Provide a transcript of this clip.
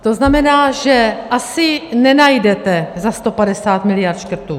To znamená, že asi nenajdete za 150 mld. škrtů.